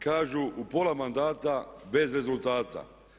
Kažu u pola mandata bez rezultata.